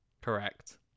Correct